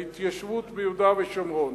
ההתיישבות ביהודה ושומרון.